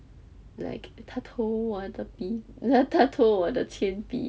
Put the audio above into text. like 他偷我的笔他他偷我的铅笔